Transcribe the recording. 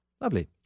Lovely